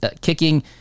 kicking